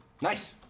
Nice